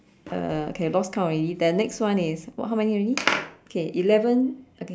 uh okay lost count already then next one is what how many already okay eleven okay